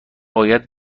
باید